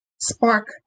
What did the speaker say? spark